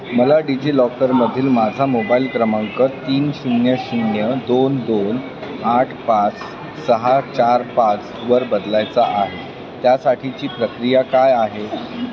मला डिजि लॉकरमधील माझा मोबाईल क्रमांक तीन शून्य शून्य दोन दोन आठ पाच सहा चार पाचवर बदलायचा आहे त्यासाठीची प्रक्रिया काय आहे